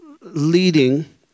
leading